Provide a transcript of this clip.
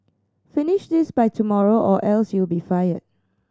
finish this by tomorrow or else you'll be fired